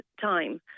time